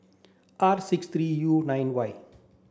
R six three U nine Y